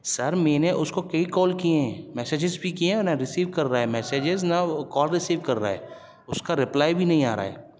سر میں نے اس کو کئی کال کئے ہیں میسجز بھی کئے ہیں نہ رسیوو کر رہا ہے میسجز نہ وہ کال رسیوو کر رہا ہے اس کا ریپلائی بھی نہیں آ رہا ہے